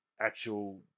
actual